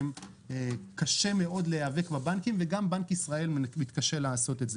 לזה שקשה מאוד להיאבק בבנקים וגם בנק ישראל מתקשה לעשות את זה.